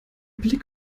blick